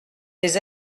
les